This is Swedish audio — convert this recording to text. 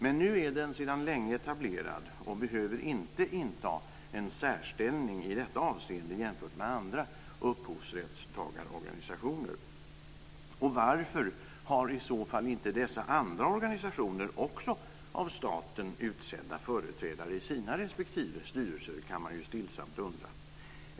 Men nu är den sedan länge etablerad, och behöver inte inta en särställning i detta avseende jämfört med andra upphovsrättstagarorganisationer. Varför har i så fall inte dessa andra organisationer också av staten utsedda företrädare i sina respektive styrelser? kan man ju stillsamt undra.